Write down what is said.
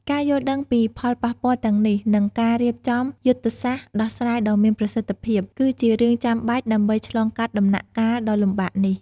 ការយល់ដឹងពីផលប៉ះពាល់ទាំងនេះ និងការរៀបចំយុទ្ធសាស្ត្រដោះស្រាយដ៏មានប្រសិទ្ធភាព គឺជារឿងចាំបាច់ដើម្បីឆ្លងកាត់ដំណាក់កាលដ៏លំបាកនេះ។